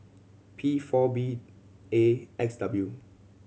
P four B A X W